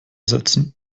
setzen